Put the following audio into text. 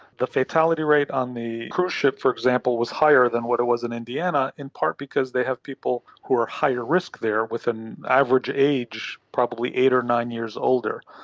the fatality rate on the cruise ship, for example, was higher than what it was in indiana in part because they have people who are higher risk there with an average age probably eight or nine years older.